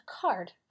card